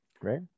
right